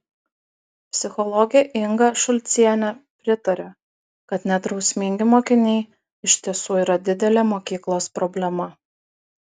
psichologė inga šulcienė pritaria kad nedrausmingi mokiniai iš tiesų yra didelė mokyklos problema